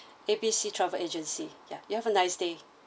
A B C travel agency yeah you have a nice day